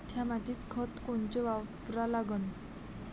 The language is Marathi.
थ्या मातीत खतं कोनचे वापरा लागन?